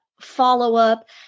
follow-up